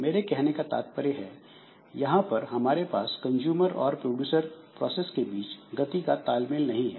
मेरे कहने का तात्पर्य है यहां पर हमारे पास कंजूमर और प्रोड्यूसर प्रोसेस के बीच गति का तालमेल नहीं है